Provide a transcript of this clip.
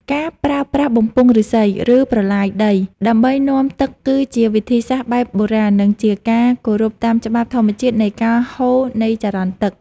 ការប្រើប្រាស់បំពង់ឫស្សី ឬប្រឡាយដីដើម្បីនាំទឹកគឺជាវិធីសាស្ត្របែបបុរាណ និងជាការគោរពតាមច្បាប់ធម្មជាតិនៃការហូរនៃចរន្តទឹក។